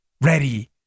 ready